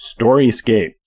Storyscape